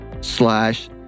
slash